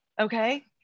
okay